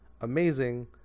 amazing